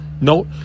No